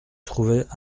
trouvait